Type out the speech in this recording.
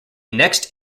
next